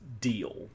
deal